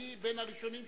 אני בין הראשונים שחשוד.